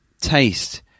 taste